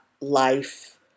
life